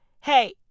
hey